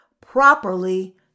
properly